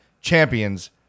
champions